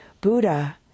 Buddha